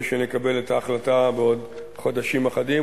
שנקבל את ההחלטה בעוד חודשים אחדים,